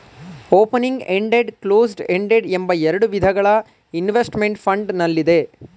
opening ended, closed ended ಎಂಬ ಎರಡು ವಿಧಗಳು ಇನ್ವೆಸ್ತ್ಮೆಂಟ್ ಫಂಡ್ ನಲ್ಲಿದೆ